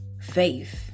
faith